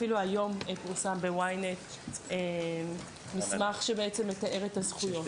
אפילו היום פורסם ב- Ynet מסמך שבעצם מתאר את הזכויות.